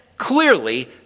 Clearly